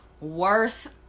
worth